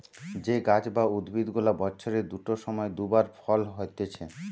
যে গাছ বা উদ্ভিদ গুলা বছরের দুটো সময় দু বার ফল হতিছে